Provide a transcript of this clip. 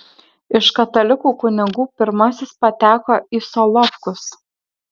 iš katalikų kunigų pirmasis pateko į solovkus